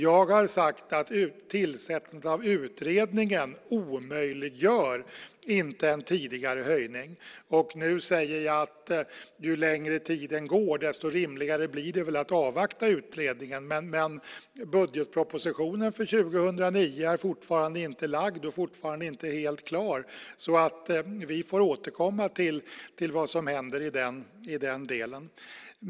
Jag har sagt att tillsättningen av utredningen inte omöjliggör en tidigare höjning, och nu säger jag att ju längre tiden går desto rimligare blir det väl att avvakta utredningen. Budgetpropositionen för 2009 är dock fortfarande inte framlagd och alltså ännu inte helt klar. Vi får därför återkomma till vad som händer i den delen.